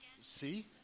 see